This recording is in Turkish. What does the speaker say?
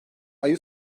ayı